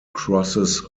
crosses